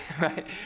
right